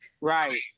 right